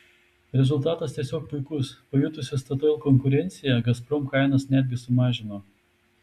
rezultatas tiesiog puikus pajutusi statoil konkurenciją gazprom kainas netgi sumažino